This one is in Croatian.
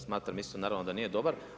Smatram isto naravno da nije dobar.